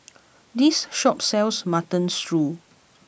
this shop sells Mutton Stew